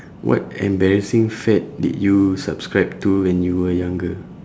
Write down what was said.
what embarrassing fad did you subscribe to when you were younger